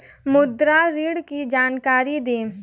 मुद्रा ऋण की जानकारी दें?